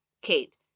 Kate